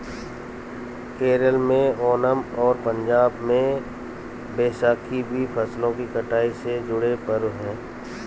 केरल में ओनम और पंजाब में बैसाखी भी फसलों की कटाई से जुड़े पर्व हैं